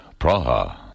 Praha